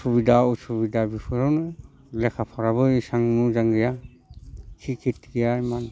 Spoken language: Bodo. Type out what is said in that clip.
सुबिदा असुबिदा बेफोरावनो लेखा फराबो एसां मोजां जाया सिकित गैया एमान